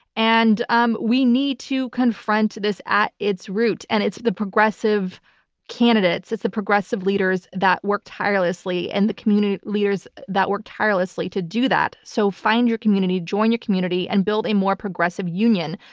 and um we need to confront this at its root, and it's the progressive candidates, it's the progressive leaders that work tirelessly, and the community leaders that work tirelessly to do that. so find your community, join your community and build a more progressive union.